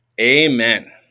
Amen